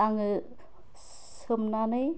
आङो सोमनानै